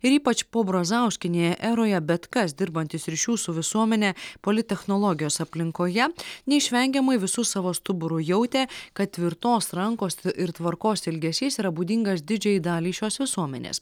ir ypač pobrazauskinėje eroje bet kas dirbantis ryšių su visuomene polittechnologijos aplinkoje neišvengiamai visu savo stuburu jautė kad tvirtos rankos ir tvarkos ilgesys yra būdingas didžiajai daliai šios visuomenės